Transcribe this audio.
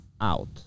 out